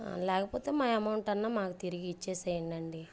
లేకపోతే మావి అమౌంట్ అన్నా మాకు తిరిగి ఇచ్చేసేయండండి